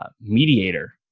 mediator